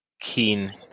Keen